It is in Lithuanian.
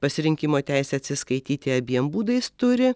pasirinkimo teisę atsiskaityti abiem būdais turi